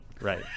Right